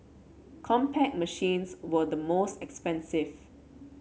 Compaq machines were the most expensive